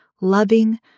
loving